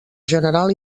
general